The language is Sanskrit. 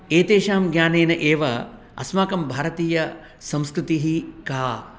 एतेषां ज्ञानेन एव अस्माकं भारतीयसंस्कृतिः का